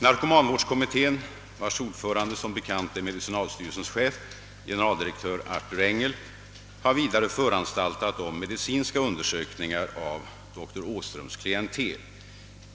Närkomanvårdskommittén, vars ordförande som bekant är medicinalstyrelsens chef, generaldirektör Arthur Engel, har vidare föranstaltat om medicinska undersökningar av doktor Åhströms klientel.